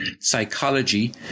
psychology